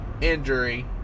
injury